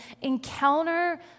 encounter